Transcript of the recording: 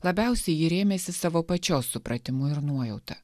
labiausiai ji rėmėsi savo pačios supratimu ir nuojauta